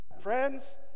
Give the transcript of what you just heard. friends